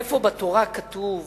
איפה בתורה כתוב